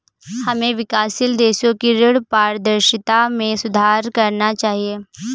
हमें विकासशील देशों की ऋण पारदर्शिता में सुधार करना चाहिए